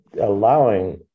allowing